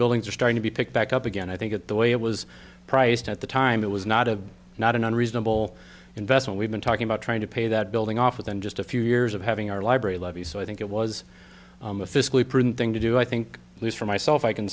buildings are starting to be picked back up again i think that the way it was priced at the time it was not a not an unreasonable investment we've been talking about trying to pay that building off with and just a few years of having our library levy so i think it was a fiscally prudent thing to do i think at least for myself i can